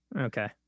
Okay